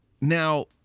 now